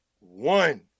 One